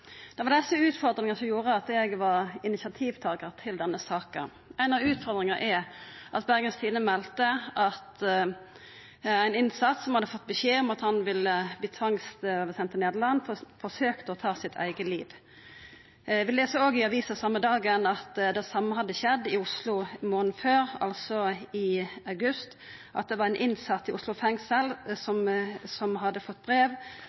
Det var desse utfordringane som gjorde at eg var initiativtakar til denne saka. Ei av utfordringane er, som Bergens Tidende meldte, at ein innsett som hadde fått beskjed om at han ville verta tvangssendt til Nederland, forsøkte å ta sitt eige liv. Vi las òg i avisa same dagen at det same hadde skjedd i Oslo månaden før, altså i august – at det var ein innsett i Oslo fengsel som hadde fått brev